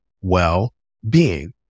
well-being